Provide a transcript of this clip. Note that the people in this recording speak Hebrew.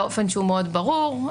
באופן ברור מאוד,